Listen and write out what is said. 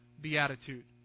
beatitude